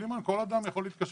כל אדם יכול להתקשר.